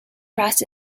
brass